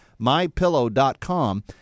MyPillow.com